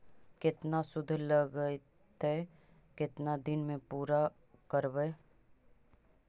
केतना शुद्ध लगतै केतना दिन में पुरा करबैय?